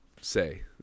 say